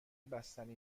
بستنی